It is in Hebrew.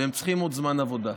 והם צריכים עוד זמן עבודה.